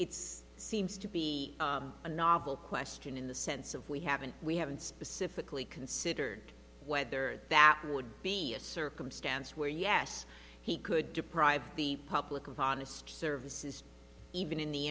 it's seems to be a novel question in the sense of we haven't we haven't specifically considered whether that would be a circumstance where yes he could deprive the public of honest services even in the